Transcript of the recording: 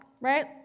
right